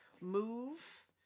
move